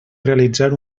realitzar